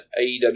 AEW